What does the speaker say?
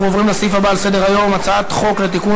אנחנו עוברים לסעיף הבא על סדר-היום: הצעת חוק לתיקון